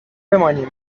بمانیم